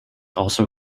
also